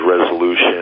resolution